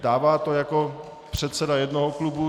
Dává to jako předseda jednoho klubu.